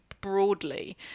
broadly